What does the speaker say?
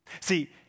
See